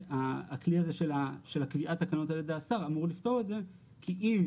הכלי הזה של קביעת התקנות על ידי השר אמור לפתור את זה כי אם